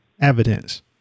evidence